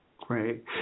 great